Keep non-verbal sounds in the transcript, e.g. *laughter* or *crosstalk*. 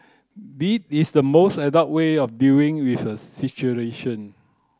*unintelligible* is the most adult way of dealing with a situation